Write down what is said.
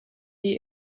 die